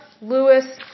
Lewis